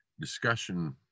Discussion